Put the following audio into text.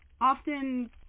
often